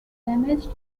damaged